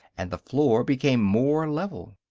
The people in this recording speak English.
and the floor became more level.